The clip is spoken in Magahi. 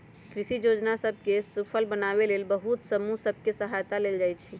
कृषि जोजना सभ के सूफल बनाबे लेल बहुते समूह सभ के सहायता लेल जाइ छइ